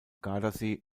gardasee